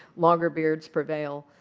longer beards prevail.